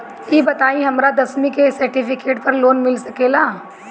ई बताई हमरा दसवीं के सेर्टफिकेट पर लोन मिल सकेला?